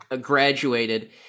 graduated